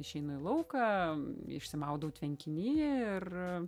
išeinu į lauką išsimaudau tvenkiny ir